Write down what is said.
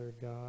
God